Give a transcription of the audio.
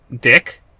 Dick